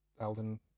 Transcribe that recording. Elden